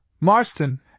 Marston